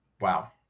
Wow